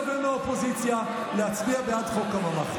ומהאופוזיציה להצביע בעד חוק הממ"ח.